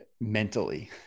mentally